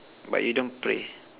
but you don't pray